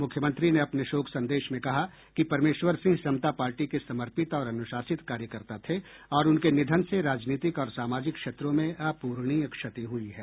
मुख्यमंत्री ने अपने शोक संदेश में कहा कि परमेश्वर सिंह समता पार्टी के समर्पित और अनुशासित कार्यकर्ता थे और उनके निधन से राजनीतिक और सामाजिक क्षेत्रों में अपूरणीय क्षति हुई है